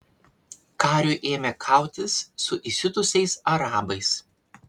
kariui ėmė kautis su įsiutusiais arabais